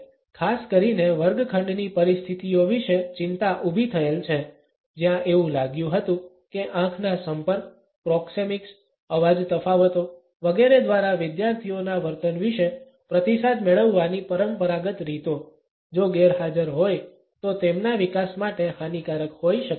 જો કે ખાસ કરીને વર્ગખંડની પરિસ્થિતિઓ વિશે ચિંતા ઊભી થયેલ છે જ્યાં એવું લાગ્યું હતું કે આંખના સંપર્ક પ્રોક્સેમિક્સ અવાજ તફાવતો વગેરે દ્વારા વિદ્યાર્થીઓના વર્તન વિશે પ્રતિસાદ મેળવવાની પરંપરાગત રીતો જો ગેરહાજર હોય તો તેમના વિકાસ માટે હાનિકારક હોઈ શકે છે